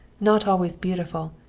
not always beautiful,